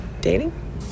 dating